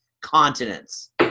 continents